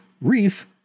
Reef